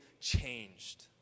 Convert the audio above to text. changed